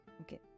Okay